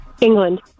England